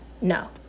no